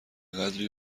قدری